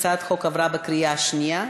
הצעת החוק עברה בקריאה השנייה.